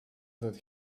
that